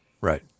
right